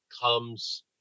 comes